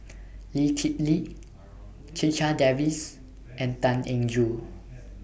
Lee Kip Lee Checha Davies and Tan Eng Joo